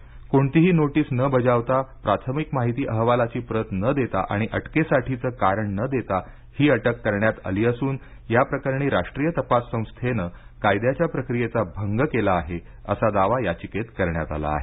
कोणतीही नोटीस न बजावता प्राथमिक माहिती अहवालाची प्रत न देता आणि अटकेसाठीचे कारण न देता सचिन वाझे यांना अटक करण्यात आली असून या प्रकरणी राष्ट्रीय तपास संस्थेनं कायद्याच्या प्रक्रियेचा भंग केला आहे असा दावा याचिकेत करण्यात आला आहे